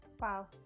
Wow